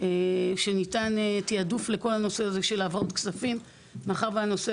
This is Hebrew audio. שנותן תעדוף לכל הנושא של העברות הכספים מאחר שהנושא